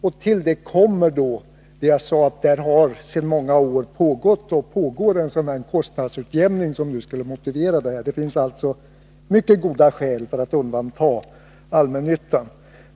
Till det kommer, som jag sade, att det sedan många år har pågått och alltjämt pågår en sådan kostnadsutjämning som skulle motivera detta undantag. Det finns alltså mycket goda skäl för att undanta allmännyttan.